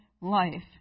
life